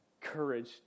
courage